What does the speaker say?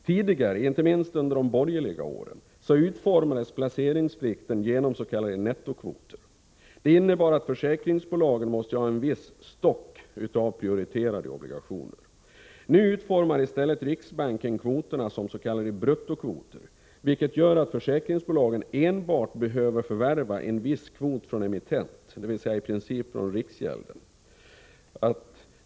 Tidigare —- inte minst under de borgerliga åren — utformades placeringsplikten med hjälp av s.k. nettokvoter. Det innebar att försäkringsbolagen måste ha en viss stock av prioriterade obligationer. Nu utformar i stället riksbanken kvoterna som s.k. bruttokvoter, vilket gör att försäkringsbolagen enbart behöver förvärva en viss kvot från emittenten, dvs. i princip från riksgäldskontoret.